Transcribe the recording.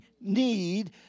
need